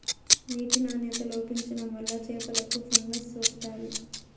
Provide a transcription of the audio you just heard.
నీటి నాణ్యత లోపించడం వల్ల చేపలకు ఫంగస్ సోకుతాది